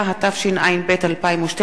התשע"ב 2012,